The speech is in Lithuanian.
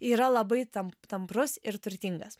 yra labai tamp tamprus ir turtingas